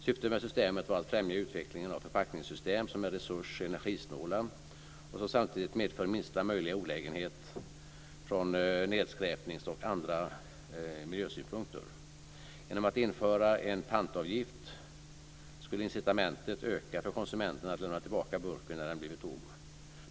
Syftet med systemet var att främja utvecklingen av förpackningssystem som är resurs och energisnåla och som samtidigt medför minsta möjliga olägenhet från nedskräpnings och andra miljösynpunkter. Genom att införa en pantavgift skulle incitamentet öka för konsumenten att lämna tillbaka burken när den blivit tom.